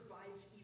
provides